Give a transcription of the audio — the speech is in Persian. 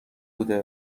بوده